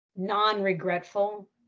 non-regretful